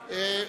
דקה עד